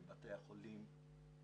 בבתי החולים,